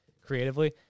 creatively